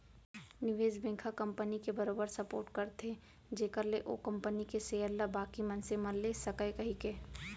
निवेस बेंक ह कंपनी के बरोबर सपोट करथे जेखर ले ओ कंपनी के सेयर ल बाकी मनसे मन ले सकय कहिके